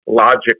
Logic